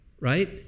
right